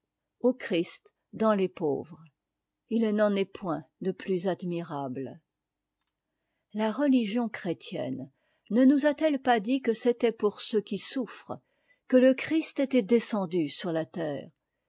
au christ dans les pauvres il n'en'est point de plus admirable la religion chrétienne ne nous a-t-elle pas dit que c'était pour ceux qui souffrent que le christ était descendu sur la terre